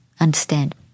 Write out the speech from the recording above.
understand